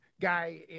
guy